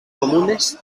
comunes